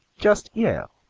just yell.